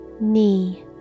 knee